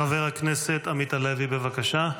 חבר הכנסת עמית הלוי, בבקשה.